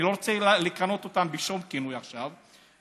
אני לא רוצה לכנות אותם בשום כינוי עכשיו,